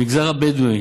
מהמגזר הבדואי,